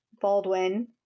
Baldwin